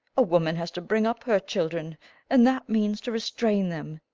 a woman has to bring up her children and that means to restrain them,